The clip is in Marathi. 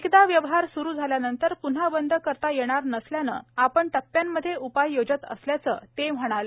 एकदा व्यवहार सुरू झाल्यानंतर पुन्हा बंद करता येणार नसल्यानं आपण टप्प्यामधे उपाय योजत असल्याचं ते म्हणाले